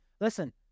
listen